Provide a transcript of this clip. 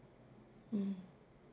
mm